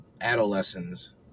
Adolescents